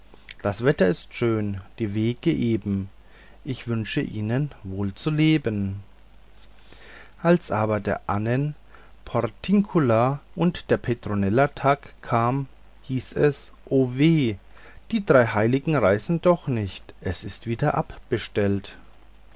das wetter ist schön die wege eben ich wünsche ihnen wohl zu leben als aber der annen der portiunkula und der petronellen tag kam hieß es o weh die drei heiligen reisen doch nicht es ist wieder abbestellt